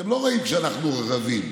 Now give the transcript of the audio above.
אתם לא רואים שאנחנו רבים,